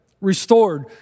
restored